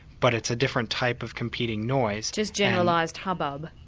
but it's a different type of competing noise. just generalised hubbub?